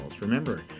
Remember